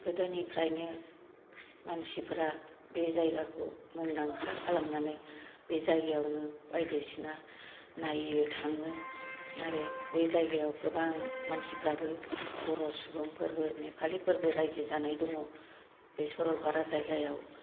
गोदोनिफ्रायनो मानसिफ्रा बे जायगाखौ मुंदांखा खालामनानै बे जायगायावनो बायदिसिना नायो थाङो आरो बे जायगायाव गोबां मानसिफ्राबो बर' सुबुंफोरबो नेपालिफोरबो रायजो जानाय दङ बे सरलफारा जायगायाव